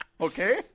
Okay